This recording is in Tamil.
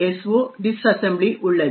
so டிஸ்அசெம்ப்ளி உள்ளது